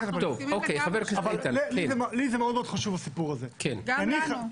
אבל לי מאוד חשוב הסיפור הזה -- גם לנו.